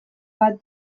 bat